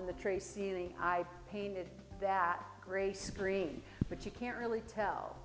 in the tray ceiling i painted that gray screen but you can't really tell